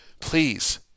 Please